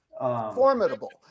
Formidable